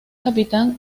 capítulo